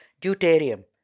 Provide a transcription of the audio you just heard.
deuterium